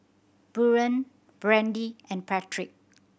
Buren Brandy and Patrick